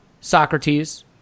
Socrates